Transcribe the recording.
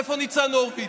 איפה ניצן הורוביץ?